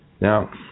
Now